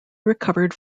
recovered